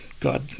God